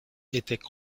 étaient